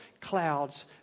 clouds